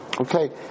Okay